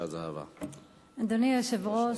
אדוני היושב-ראש,